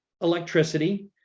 electricity